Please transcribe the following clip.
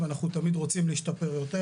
אנחנו תמיד רוצים להשתפר יותר.